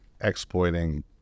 exploiting